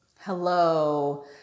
hello